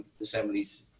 assemblies